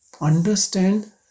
Understand